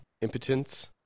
impotence